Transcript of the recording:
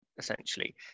essentially